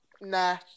nah